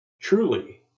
Truly